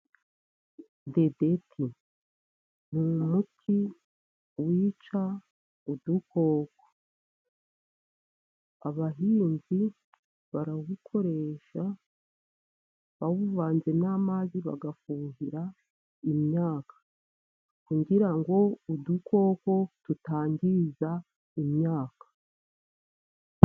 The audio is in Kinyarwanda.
Dedeti ni umuti wica udukoko. Abahinzi barawukoresha bawuvanze n'amazi bagafuhira imyaka. Kugira ngo udukoko tutangiza imyaka.